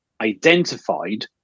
identified